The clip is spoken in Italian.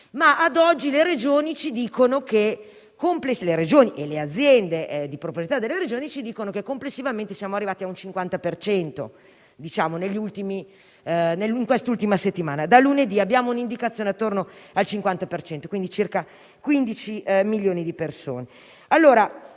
Ad oggi le Regioni e le aziende di proprietà delle Regioni ci dicono che, complessivamente, siamo arrivati al 50 per cento in quest'ultima settimana. Da lunedì abbiamo un indicazione attorno al 50 per cento e quindi circa 15 milioni di persone.